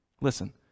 Listen